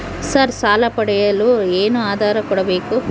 Sir ಸಾಲ ಪಡೆಯಲು ಏನು ಆಧಾರ ಕೋಡಬೇಕು?